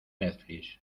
netflix